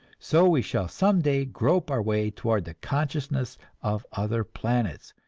so we shall some day grope our way toward the consciousness of other planets,